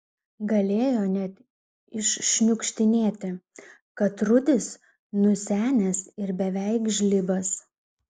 galėjo net iššniukštinėti kad rudis nusenęs ir beveik žlibas